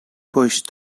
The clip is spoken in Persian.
پشت